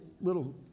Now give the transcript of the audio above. little